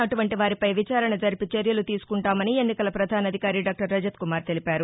అటువంటివారిపై విచారణ జరిపి చర్యలు తీసుకుంటామని ఎన్నికల ప్రధాన అధికారి డాక్టర్ రజత్ కుమార్ తెలిపారు